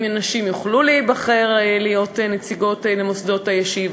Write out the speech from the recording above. אם נשים יוכלו להיבחר להיות נציגות למוסדות היישוב,